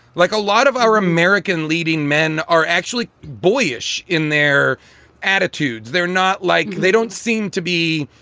like a lot of our american leading men are actually boyish in their attitudes they're not like they don't seem to be.